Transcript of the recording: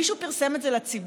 מישהו פרסם את זה לציבור?